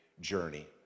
journey